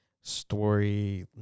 story